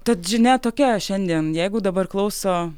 tad žinia tokia šiandien jeigu dabar klauso